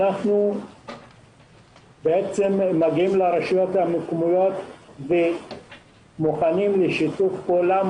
אנחנו מגיעים לרשויות המקומיות ומוכנים לשיתוף פעולה.